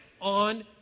on